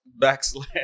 backslash